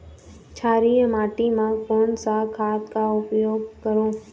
क्षारीय माटी मा कोन सा खाद का उपयोग करों?